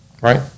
right